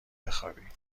بخوابی